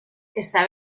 está